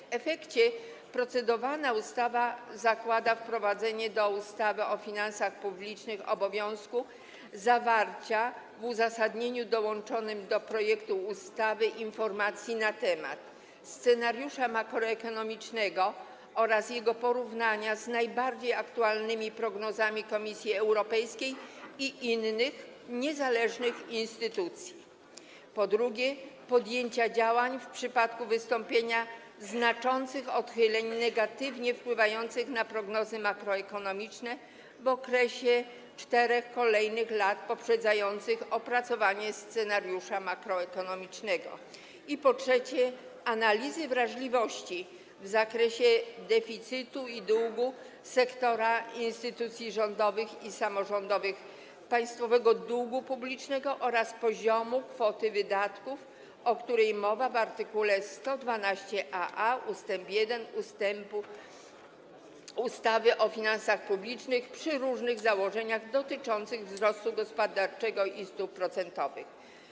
W efekcie procedowana ustawa zakłada wprowadzenie do ustawy o finansach publicznych obowiązku zawarcia w uzasadnieniu dołączonym do projektu ustawy informacji na temat: scenariusza makroekonomicznego oraz jego porównania z najbardziej aktualnymi prognozami Komisji Europejskiej i innych niezależnych instytucji, po drugie, podjęcia działań w przypadku wystąpienia znaczących odchyleń negatywnie wpływających na prognozy makroekonomiczne w okresie 4 kolejnych lat poprzedzających opracowanie scenariusza makroekonomicznego i, po trzecie, analizy wrażliwości w zakresie deficytu i długu sektora instytucji rządowych i samorządowych, państwowego długu publicznego oraz poziomu kwoty wydatków, o której mowa w art. 112aa ust. 1 ustawy o finansach publicznych, przy różnych założeniach dotyczących wzrostu gospodarczego i stóp procentowych.